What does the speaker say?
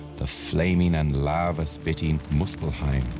the flaming and lava spitting muspellheim.